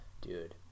dude